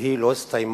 והיא לא הסתיימה